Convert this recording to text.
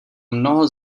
mnoho